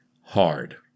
Hard